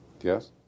Yes